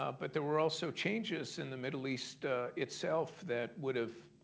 ah but there were also changes in the middle east itself that would have